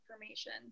information